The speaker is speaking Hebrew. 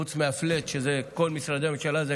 חוץ מהפלאט בכל משרדי הממשלה,